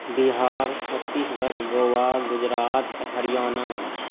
Bihar Chhattisgarh Goa Gujarat Haryana